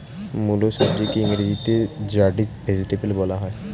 মুলো সবজিকে ইংরেজিতে র্যাডিশ ভেজিটেবল বলা হয়